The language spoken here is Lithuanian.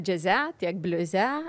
džiaze tiek bliuze